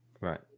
Right